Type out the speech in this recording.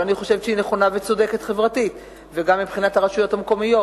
אבל אני חושבת שהיא נכונה וצודקת חברתית וגם מבחינת הרשויות המקומיות.